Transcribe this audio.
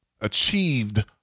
achieved